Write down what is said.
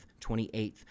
28th